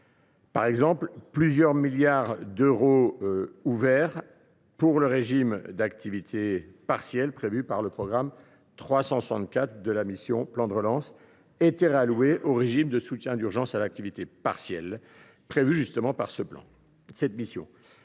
Ainsi, plusieurs milliards d’euros ouverts pour le régime d’activité partielle prévu par le programme 364 de la mission « Plan de relance » ont été réalloués au régime de soutien d’urgence à l’activité partielle prévu par la mission